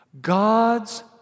God's